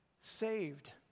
saved